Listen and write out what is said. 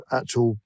actual